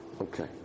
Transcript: Okay